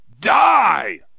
Die